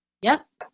Yes